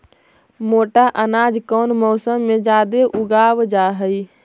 मोटा अनाज कौन मौसम में जादे उगावल जा हई?